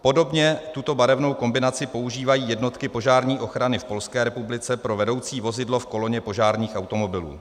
Podobně tuto barevnou kombinaci používají jednotky požární ochrany v Polské republice pro vedoucí vozidlo v koloně požárních automobilů.